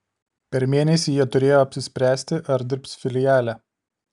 per mėnesį jie turėjo apsispręsti ar dirbs filiale